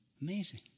Amazing